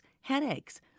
headaches